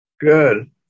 Good